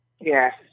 Yes